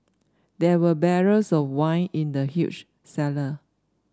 there were barrels of wine in the huge cellar